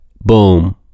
boom